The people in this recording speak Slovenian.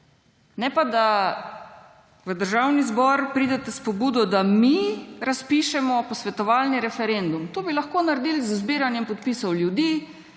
ne pa da v Državni zbor pridete s pobudo, da mi razpišemo posvetovalni referendum. To bi lahko naredili z zbiranjem podpisov ljudi,